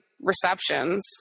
receptions